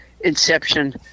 inception